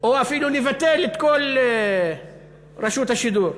או אפילו לביטול כל רשות השידור,